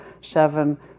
seven